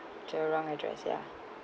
to a wrong address ya